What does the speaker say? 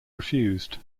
refused